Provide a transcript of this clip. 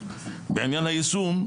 בעניין היישום,